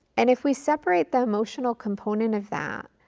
and if we separate the emotional component of that,